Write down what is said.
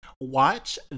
watch